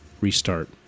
restart